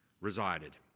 resided